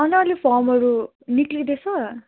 अन्त अहिले फर्महरू निस्किँदैछ